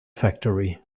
factory